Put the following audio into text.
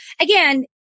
Again